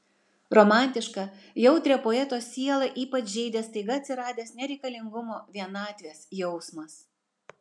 romantišką jautrią poeto sielą ypač žeidė staiga atsiradęs nereikalingumo vienatvės jausmas